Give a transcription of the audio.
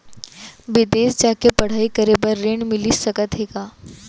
बिदेस जाके पढ़ई करे बर ऋण मिलिस सकत हे का?